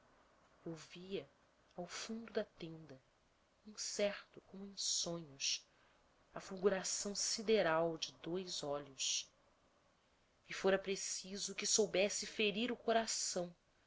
via ao fundo da tenda incerto como em sonhos a fulguração sideral de dois olhos e fora preciso que soubesse ferir o coração